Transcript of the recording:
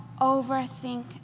overthink